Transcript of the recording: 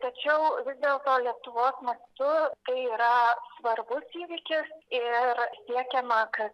tačiau vis dėlto lietuvos mastu tai yra svarbus įvykis ir siekiama kad